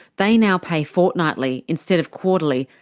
they now pay fortnightly, instead of quarterly,